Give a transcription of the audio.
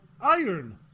Iron